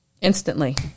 instantly